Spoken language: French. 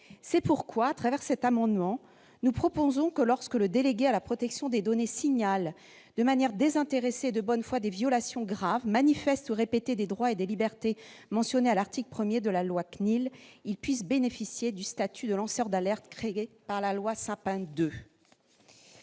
C'est pourquoi les auteurs de cet amendement proposent que, lorsque le délégué à la protection des données signale, de manière désintéressée et de bonne foi, des violations graves, manifestes et répétées des droits et libertés mentionnés à l'article 1 de la loi du 6 janvier 1978, il puisse bénéficier du statut de lanceur d'alerte créé par la loi Sapin II.